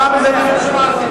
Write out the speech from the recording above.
עובדה שלא עשיתם.